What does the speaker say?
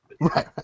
Right